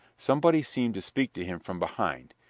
somebody seemed to speak to him from behind.